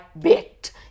bit